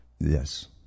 Yes